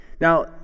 Now